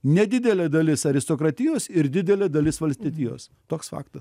nedidelė dalis aristokratijos ir didelė dalis valstietijos toks faktas